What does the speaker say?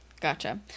Gotcha